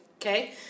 Okay